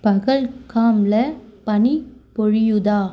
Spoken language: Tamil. பஹல்காமில் பனி பொழியுதா